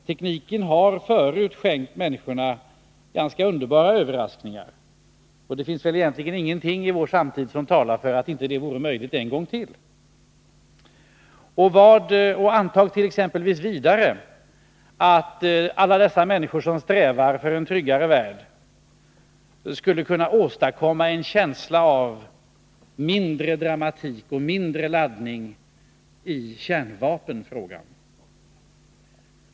Tekniken har förut skänkt människorna ganska underbara överraskningar, och det finns väl egentligen ingenting i vår samtid som talar för att inte det vore möjligt en gång till. Antag t.ex. vidare att alla dessa människor som strävar efter en tryggare värld skulle kunna åstadkomma en känsla av mindre dramatik och mindre laddning i kärnvapenfrågan.